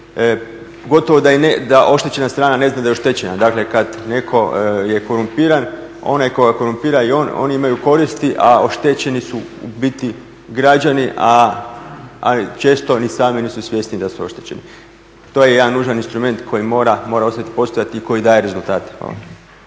gotovo da oštećena strana ne zna da je oštećena. Dakle, kad netko je korumpiran onaj tko ga korumpira i on oni imaju koristi a oštećeni su u biti građani, a često ni sami nisu svjesni da su oštećeni. To je jedan nužan instrument koji mora ostati postojati i koji daje rezultate.